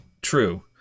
true